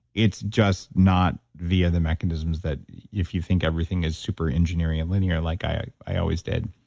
it's just not via the mechanisms that if you think everything is super engineery and linear, like i i always did,